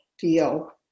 feel